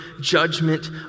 judgment